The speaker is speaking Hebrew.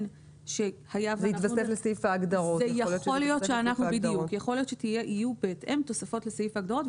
יכול להיות שיהיו בהתאם תוספות לסעיף ההגדרות,